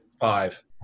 five